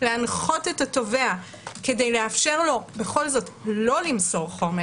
להנחות את התובע כדי לאפשר לו בכל זאת לא למסור חומר